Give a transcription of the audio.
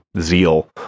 zeal